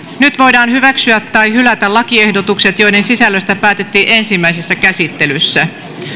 nyt voidaan hyväksyä tai hylätä lakiehdotukset joiden sisällöstä päätettiin ensimmäisessä käsittelyssä